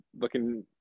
looking –